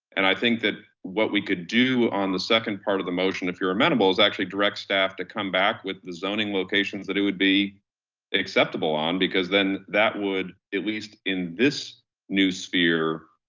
and i think that what we could do on the second part of the motion, if you're amenable is actually direct staff to come back with the zoning locations that it would be acceptable on because then that would at least in this new sphere,